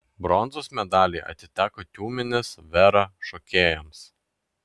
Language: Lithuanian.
bronzos medaliai atiteko tiumenės vera šokėjams